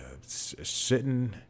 sitting